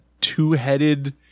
two-headed